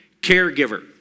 caregiver